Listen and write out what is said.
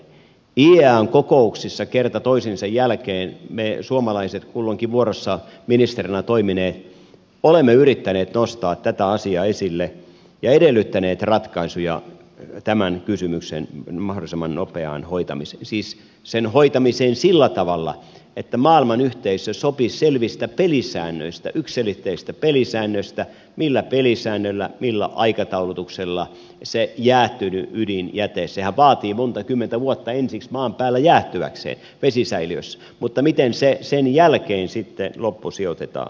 iaean kokouksissa kerta toisensa jälkeen me suomalaiset kulloinkin vuorossa ministerinä toimineet olemme yrittäneet nostaa tätä asiaa esille ja edellyttäneet ratkaisuja tämän kysymyksen mahdollisimman nopeaan hoitamiseen siis sen hoitamiseen sillä tavalla että maailmanyhteisö sopisi selvistä pelisäännöistä yksiselitteisistä pelisäännöistä siitä millä pelisäännöillä millä aikataulutuksella ja miten se jäähtynyt ydinjäte sehän vaatii monta kymmentä vuotta ensiksi maan päällä jäähtyäkseen vesisäiliössä sen jälkeen sitten loppusijoitetaan